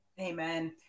Amen